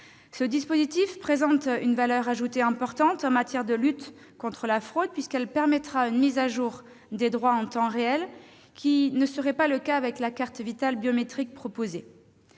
Ce dispositif présente une forte valeur ajoutée pour lutter contre la fraude : il permettra une mise à jour des droits en temps réel, ce qui ne serait pas le cas avec la carte Vitale biométrique proposée.